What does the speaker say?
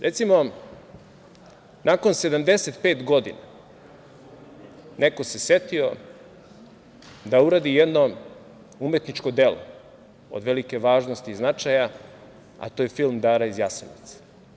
Recimo, nakon 75 godina neko se setio da uradi jedno umetničko delo od velike važnosti i značaja, a to je film "Dara iz Jasenovca"